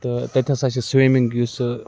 تہٕ تَتہِ ہَسا چھِ سِومِنٛگ یُسہٕ